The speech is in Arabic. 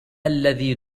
الذي